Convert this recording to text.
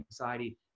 anxiety